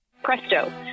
Presto